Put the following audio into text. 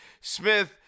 Smith